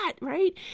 right